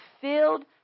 filled